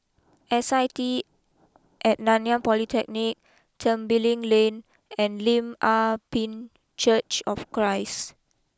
S I T at Nanyang Polytechnic Tembeling Lane and Lim Ah Pin Church of Christ